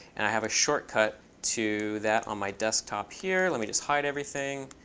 and i have a shortcut to that on my desktop here. let me just hide everything.